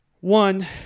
one